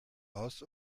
aus